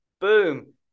boom